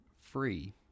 free